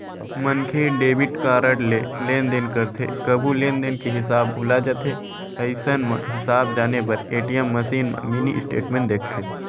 मनखे debit card ले लेनदेन करथे कभू लेनदेन के हिसाब भूला जाथे अइसन म हिसाब जाने बर ए.टी.एम मसीन म मिनी स्टेटमेंट देखथे